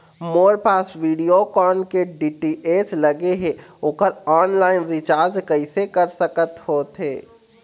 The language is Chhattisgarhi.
मोर पास वीडियोकॉन के डी.टी.एच लगे हे, ओकर ऑनलाइन रिचार्ज कैसे कर सकत होथे?